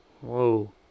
whoa